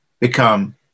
become